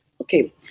Okay